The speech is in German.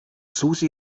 susi